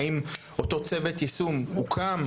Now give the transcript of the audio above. האם אותו צוות יישום הוקם?